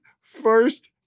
first